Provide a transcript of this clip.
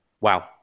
Wow